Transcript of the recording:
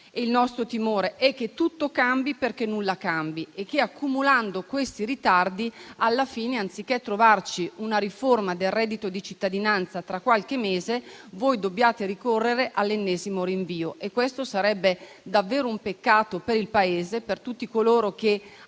il nostro timore è che tutto cambi perché nulla cambi, e che accumulando questi ritardi alla fine, anziché trovarci una riforma del reddito di cittadinanza tra qualche mese, voi dobbiate ricorrere all'ennesimo rinvio. E questo sarebbe davvero un peccato per il Paese e per tutti coloro che